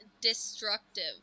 Destructive